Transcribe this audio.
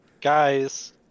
Guys